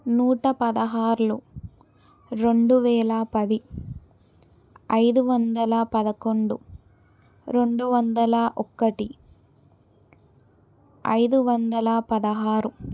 నూట పదహార్లు రెండు వేల పది ఐదు వందల పదకొండు రెండు వందల ఒక్కటి ఐదు వందల పదహారు